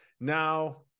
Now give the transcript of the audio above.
Now